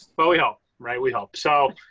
but we hope, right? we hope so.